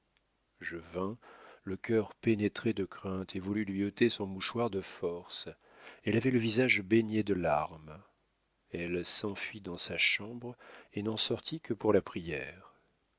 je vins le cœur pénétré de crainte et voulus lui ôter son mouchoir de force elle avait le visage baigné de larmes elle s'enfuit dans sa chambre et n'en sortit que pour la prière